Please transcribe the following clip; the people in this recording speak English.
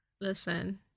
Listen